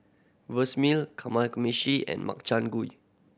Kamameshi and Makchang Gui